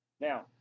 Now